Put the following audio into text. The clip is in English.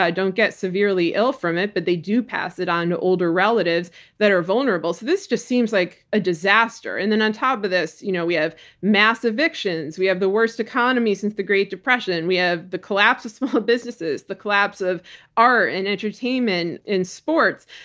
don't get severely ill from it, but they do pass it on older relatives that are vulnerable, so this just seems like a disaster. and then on top of this, you know we have mass evictions. we have the worst economy since the great depression. we have the collapse of small businesses, the collapse of art and entertainment and sports.